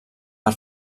per